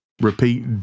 repeat